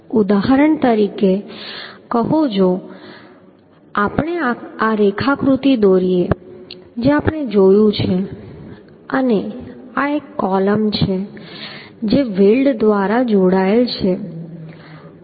ઉદાહરણ તરીકે કહો કે જો આપણે આ રેખાકૃતિ દોરીએ જે આપણે જોયું છે અને આ એક કોલમ છે જે વેલ્ડ દ્વારા જોડાયેલ છે